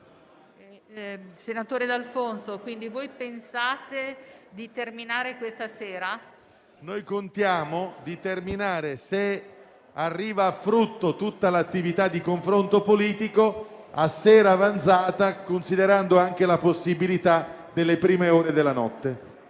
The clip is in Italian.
Senatore D'Alfonso, pensate di terminare i lavori questa sera? D'ALFONSO *(PD)*. Noi contiamo di terminare, se arriva a frutto tutta l'attività di confronto politico, a sera avanzata, considerando anche la possibilità delle prime ore della notte.